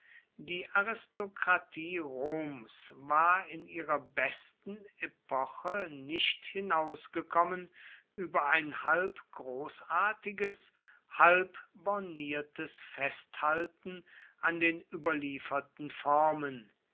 die aristokratie roms war in ihrer besten epoche nicht hinausgekommen über ein halb großartiges halb borniertes festhalten an den überlieferten formen